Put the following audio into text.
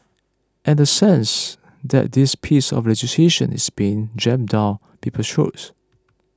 and a sense that this piece of legislation is being jammed down people's throats